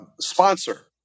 sponsor